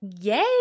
Yay